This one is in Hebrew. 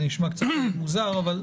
זה נשמע קצת מוזר אבל בסדר,